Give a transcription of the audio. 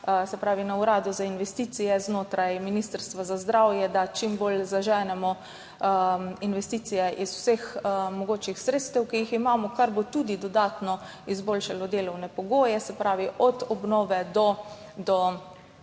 trudimo na Uradu za investicije znotraj Ministrstva za zdravje, da čim bolj zaženemo investicije iz vseh mogočih sredstev, ki jih imamo, kar bo tudi dodatno izboljšalo delovne pogoje, se pravi od obnove do